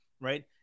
right